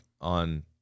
on